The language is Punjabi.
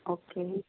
ਓਕੇ ਜੀ